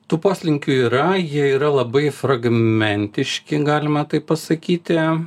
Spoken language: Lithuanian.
tų poslinkių yra jie yra labai fragmentiški galima taip pasakyti